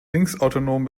linksautonom